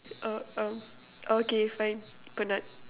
oh oh okay fine penat